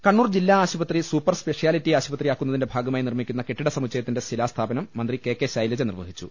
കണ്ണൂർ ജില്ലാ ആശുപത്രി super speciality ആശുപത്രി ആക്കുന്നതിന്റെ ഭാഗമായി നിർമ്മിക്കുന്ന കെട്ടിട സമുച്ചയത്തിന്റെ ശിലാസ്ഥാപനം മന്ത്രികെ കെ ശൈലജ നിർവഹിച്ചു